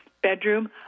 Bedroom